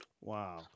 wow